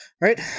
right